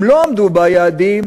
אם לא עמדו ביעדים,